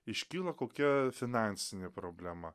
iškyla kokia finansinė problema